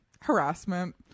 harassment